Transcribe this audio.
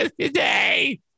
today